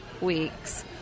weeks